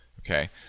Okay